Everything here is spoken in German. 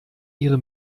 ihre